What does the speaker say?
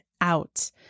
out